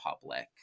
public